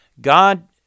God